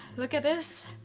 look at this